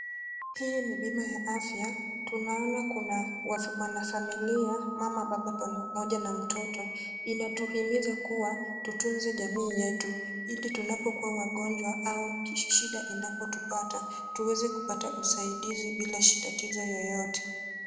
Hii ni bima ya afya. Tunaona kuna wanafamilia, mama, baba pamoja na mtoto. Inatuhimiza kuwa tutunze jamii yetu ili tunapokuwa wagonjwa au shida inapotupata tuweze kupata usaidizi bila tatizo yoyote.